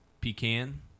Pecan